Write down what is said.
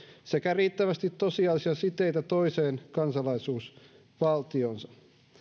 sekä joilla olisi riittävästi tosiasiallisia siteitä toiseen kansalaisuusvaltioonsa